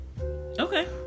Okay